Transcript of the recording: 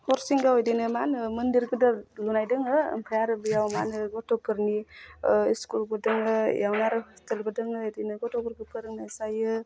हरसिंगायाव बिदिनो मा होनो मन्दिर गेदेर लुनाय दङो ओमफ्राय आरो बेयाव मा होनो गथ'फोरनि स्कुलबो दोङो इयावनो आरो हस्टेलबो दोङो बिदिनो गथ'फोरखौ फोरोंनाय जायो